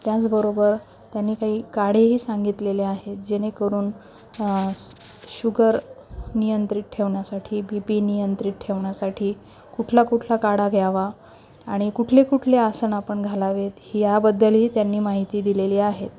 त्याचबरोबर त्यांनी काही काढेही सांगितलेले आहेत जेणेकरून शुगर नियंत्रित ठेवण्यासाठी बी पी नियंत्रित ठेवण्यासाठी कुठला कुठला काढा घ्यावा आणि कुठले कुठले आसन आपण घालावेत याबद्दलही त्यांनी माहिती दिलेली आहेत